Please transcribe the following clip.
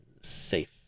safe